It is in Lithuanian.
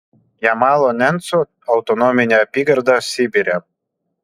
jamalo nencų autonominė apygarda sibire